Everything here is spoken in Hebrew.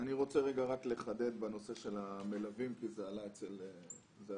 אני רוצה לחדד בנושא של המלווים כי זה עלה אצל כולם.